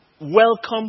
welcome